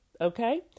Okay